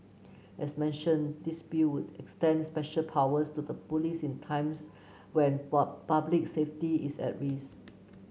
as mentioned this Bill would extend special powers to the police in times when public safety is at risk